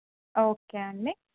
okay అండి